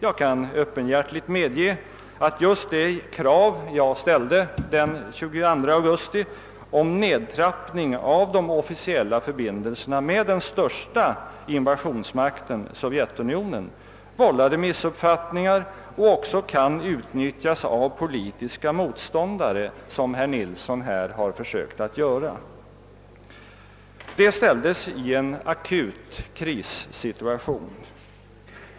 Jag kan öppenhjärtigt medge att just det krav jag ställde den 22 augusti om nedtrappning av de officiella förbindelserna med den största invasionsmakten, Sovjetunionen, vållade missuppfattningar och också kan utnyttjas av politiska motståndare som herr Nilsson här har försökt att göra. Det ställdes i en akut krissituation.